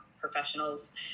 professionals